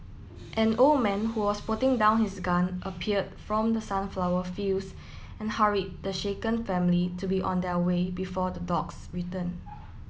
an old man who was putting down his gun appeared from the sunflower fields and hurried the shaken family to be on their way before the dogs return